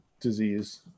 disease